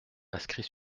inscrit